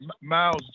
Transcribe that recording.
Miles